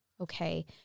Okay